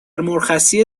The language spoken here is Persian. مرخصی